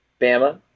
Bama